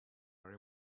are